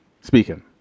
speaking